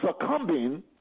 succumbing